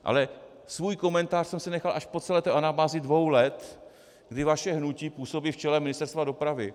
Ale svůj komentář jsem si nechal až po celé té anabázi dvou let, kdy vaše hnutí působí v čele Ministerstva dopravy.